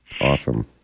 Awesome